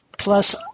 Plus